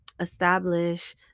establish